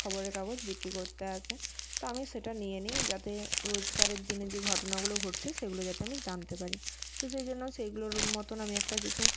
খবরের কাগজ বিক্রি করতে আসে তো আমি সেটা নিয়ে নিই যাতে রোজগারের দিনে যে ঘটনাগুলো ঘটছে সেগুলো যাতে আমি জানতে পারি তো সেই জন্য সেইগুলোর মতন আমি একটা কিছু